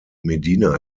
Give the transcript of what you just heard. medina